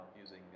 using